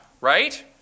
right